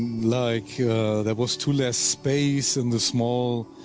like ah, there was too less space in the small,